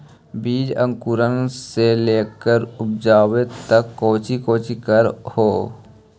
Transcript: बीज अंकुरण से लेकर उपजाबे तक कौची कौची कर हो?